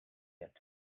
yet